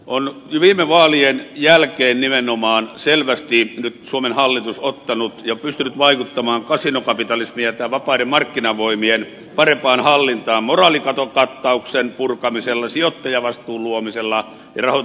on viime vaalien jälkeen nimenomaan selvästi nyt suomen hallitus ottanut ja pystynyt vaikuttamaan kasinokapitalismin ja vapaiden markkinavoimien parempaan hallintaan moraalikatokattauksen purkamisella sijoittajavastuun luomisella ja rahoitusmarkkinaveron edistämisellä